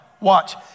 Watch